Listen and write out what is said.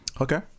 Okay